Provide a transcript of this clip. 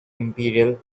imperial